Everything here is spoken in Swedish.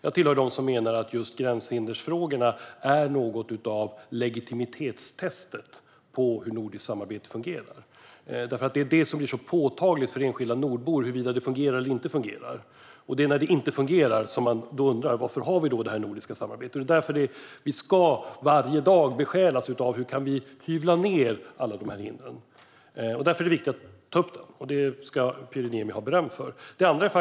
Jag hör till dem som menar att just gränshinderfrågorna är något av ett legitimitetstest på hur det nordiska samarbetet fungerar. Det blir så påtagligt för enskilda nordbor huruvida det fungerar eller inte fungerar, och det är när det inte fungerar som man undrar varför vi har det nordiska samarbetet. Det är därför vi varje dag ska besjälas av frågan hur vi kan hyvla ned alla dessa hinder. Därför är det viktigt att ta upp dem, och det ska Pyry Niemi ha beröm för att han gör.